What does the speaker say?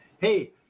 Hey